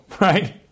right